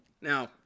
Now